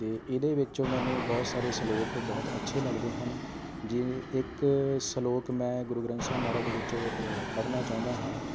ਅਤੇ ਇਹਦੇ ਵਿੱਚੋਂ ਮੈਨੂੰ ਬਹੁਤ ਸਾਰੇ ਸਲੋਕ ਬਹੁਤ ਅੱਛੇ ਲੱਗਦੇ ਹਨ ਜੇ ਇੱਕ ਸਲੋਕ ਮੈਂ ਗੁਰੂ ਗ੍ਰੰਥ ਸਾਹਿਬ ਮਹਾਰਾਜ ਦੇ ਵਿੱਚੋਂ ਅ ਪੜ੍ਹਨਾ ਚਾਹੁੰਦਾ ਹਾਂ